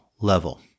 level